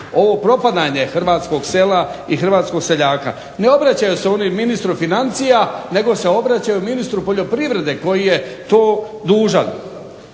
ovo propadanje hrvatskog sela i hrvatskog seljaka. Ne obraćaju se oni ministru financija nego se obraćaju ministru poljoprivrede koji je to dužan.